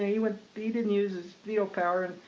he would be the news as veto power. and